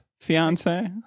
fiance